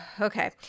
Okay